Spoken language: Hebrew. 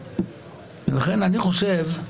לכן, אני חושב,